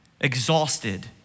exhausted